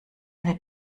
eine